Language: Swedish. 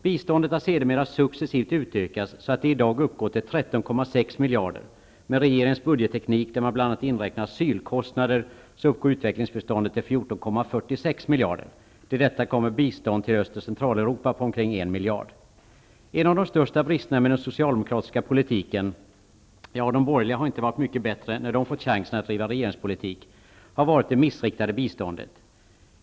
Biståndet har sedermera successivt utökats, så att det i dag uppgår till 13,6 miljarder kronor. Med regeringens budgetteknik, där man bl.a. inräknar asylkostnader, uppgår utvecklingsbiståndet till 14,46 miljarder kronor. Till detta kommer bistånd till Öst och En av de största bristerna med den socialdemokratiska politiken -- ja, de borgerliga har inte varit mycket bättre när de fått chansen att driva regeringspolitik -- har varit det missriktade biståndet.